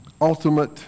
ultimate